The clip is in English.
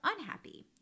unhappy